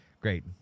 Great